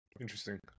Interesting